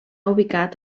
ubicat